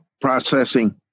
processing